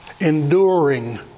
Enduring